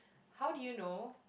how do you know